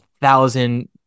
thousand